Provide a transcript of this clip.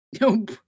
Nope